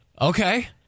Okay